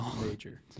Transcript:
major